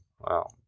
Wow